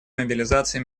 мобилизации